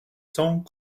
cents